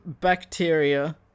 bacteria